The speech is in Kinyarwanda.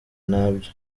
ntabyo